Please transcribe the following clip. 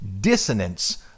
dissonance